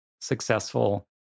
successful